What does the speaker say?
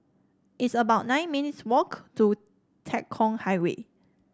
it's about nine minutes' walk to Tekong Highway